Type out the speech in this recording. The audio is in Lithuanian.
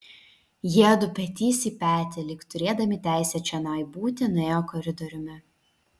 jiedu petys į petį lyg turėdami teisę čionai būti nuėjo koridoriumi